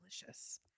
delicious